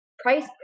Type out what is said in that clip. Price